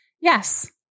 yes